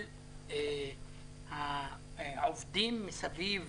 כל העובדים שעוטפים